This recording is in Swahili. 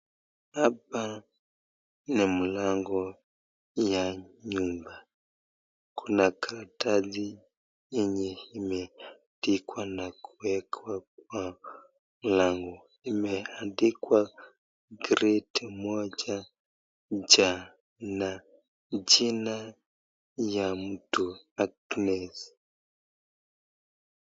Hapa ni mlango ya nyumba, kuna karatasi yenye imeandikwa na kuwekwa kwa mlango imeandikwa gredi moja cha na jina ya mtu Agnes.